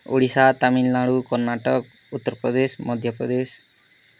ଓଡ଼ିଶା ତାମିଲନାଡ଼ୁ କର୍ଣ୍ଣାଟକ ଉତ୍ତର ପ୍ରଦେଶ ମଧ୍ୟ ପ୍ରଦେଶ